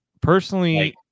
personally